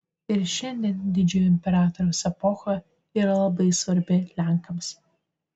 ir šiandien didžiojo imperatoriaus epocha yra labai svarbi lenkams